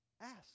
ask